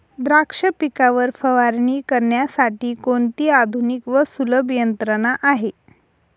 द्राक्ष पिकावर फवारणी करण्यासाठी कोणती आधुनिक व सुलभ यंत्रणा आहे?